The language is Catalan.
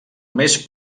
més